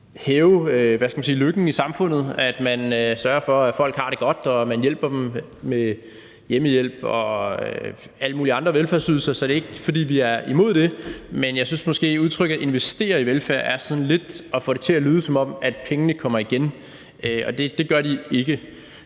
hæve lykken i samfundet, at man sørger for, at folk har det godt, og at man hjælper dem med hjemmehjælp og alle mulige andre velfærdsydelser. Så det er ikke, fordi vi er imod det, men jeg synes måske, at udtrykket investere i velfærd er sådan lidt at få det til at lyde, som om pengene kommer igen, og det gør de ikke.